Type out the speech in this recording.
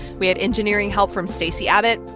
we had engineering help from stacey abbott.